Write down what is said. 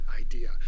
idea